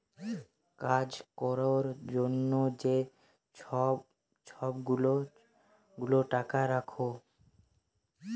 কাজ ক্যরার জ্যনহে যে ছব গুলা টাকা রাখ্যে